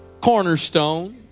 cornerstone